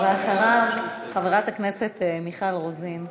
חברת הכנסת מיכל רוזין.